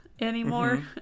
anymore